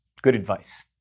good advice.